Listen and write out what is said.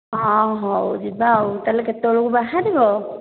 ହଁ ହଉ ଯିବା ଆଉ ତା'ହେଲେ କେତେବେଳକୁ ବାହାରିବ